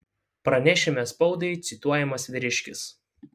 pranešime spaudai cituojamas vyriškis